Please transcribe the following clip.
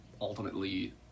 ultimately